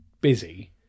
busy